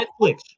Netflix